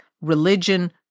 religion